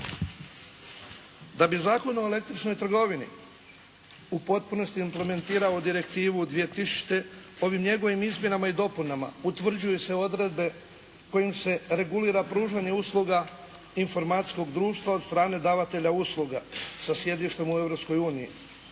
Da bi Zakon o električnoj trgovini u potpunosti implementirao Direktivu 2000. ovim njegovim izmjenama i dopunama utvrđuju se odredbe kojim se regulira pružanje usluga informacijskog društva od strane davatelja usluga sa sjedištem u